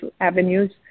avenues